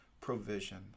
provision